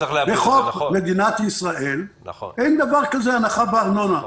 בחוק מדינת ישראל אין דבר כזה הנחה בארנונה.